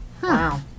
wow